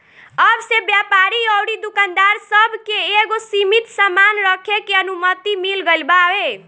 अब से व्यापारी अउरी दुकानदार सब के एगो सीमित सामान रखे के अनुमति मिल गईल बावे